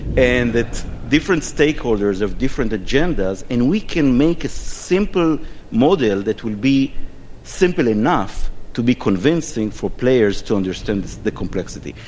and that different stakeholders have different agendas, and we can make a simple model that will be simple enough to be convincing for players to understand the the complexity.